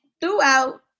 throughout